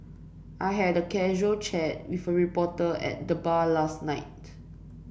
I had a casual chat with a reporter at the bar last night